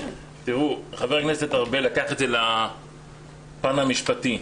תראו, חבר הכנסת ארבל לקח את זה לפן המשפטי.